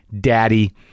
daddy